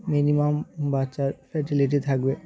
minimum বাচ্চার fertility থাকবে